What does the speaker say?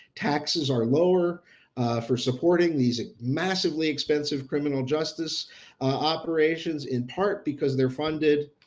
taxes are lower for supporting these massively expensive criminal justice operations in part because they're funded,